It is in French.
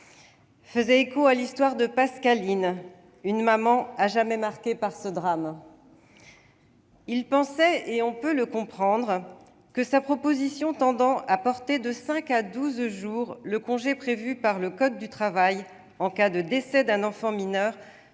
faisait écho à l'histoire de Pascaline, une maman à jamais marquée par un tel drame. Notre collègue pensait- on peut le comprendre -que sa proposition de loi tendant à porter de cinq à douze jours le congé prévu par le code du travail en cas de décès d'un enfant mineur